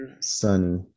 Sunny